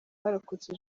abarokotse